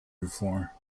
before